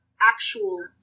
actual